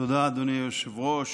תודה, אדוני היושב-ראש.